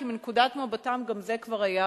כי לנקודת מבטם גם זה כבר היה